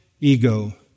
ego